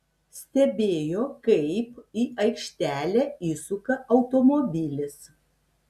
stebėjo kaip į aikštelę įsuka automobilis